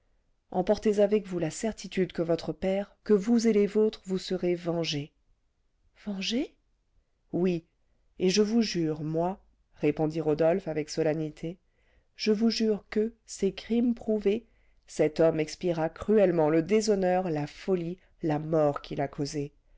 emportez avec vous la certitude que votre père que vous et les vôtres vous serez vengés vengés oui et je vous jure moi répondit rodolphe avec solennité je vous jure que ses crimes prouvés cet homme expiera cruellement le déshonneur la folie la mort qu'il a causés